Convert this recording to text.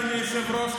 אדוני היושב-ראש,